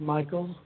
Michael